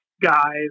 guys